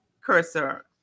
cursor